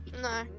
No